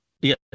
Yes